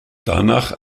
danach